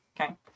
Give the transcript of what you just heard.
Okay